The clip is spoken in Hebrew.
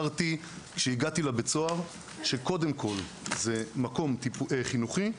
כשהגעתי לבית הסוהר הגדרתי שקודם כל זה מקום חינוכי,